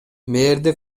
мэрди